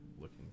looking